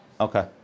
Okay